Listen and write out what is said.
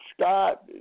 Scott